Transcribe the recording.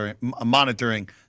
monitoring